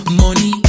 money